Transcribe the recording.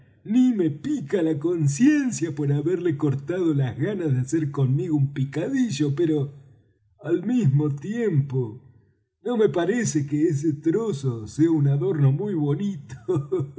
ni me pica la conciencia por haberle cortado las ganas de hacer conmigo un picadillo pero al mismo tiempo no me parece que ese trozo sea un adorno muy bonito